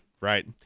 right